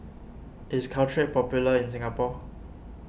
is Caltrate popular in Singapore